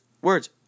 words